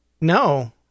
No